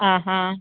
ആ ഹാ